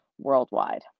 worldwide